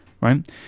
right